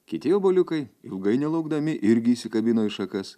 kiti obuoliukai ilgai nelaukdami irgi įsikabino į šakas